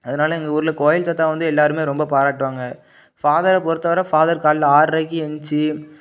அதனால் எங்கள் ஊரில் கோவில் தாத்தா வந்து எல்லோருமே ரொம்ப பாராட்டுவாங்க ஃபாதரை பொறுத்தை வரை ஃபாதர் காலையில் ஆறுரைக்கு ஏழுந்ச்சி